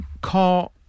car